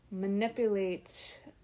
manipulate